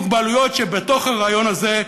כשבתוך הרעיון הזה,